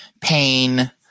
pain